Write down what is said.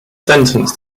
sentence